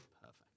perfect